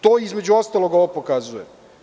To između ostalog ovo pokazuje.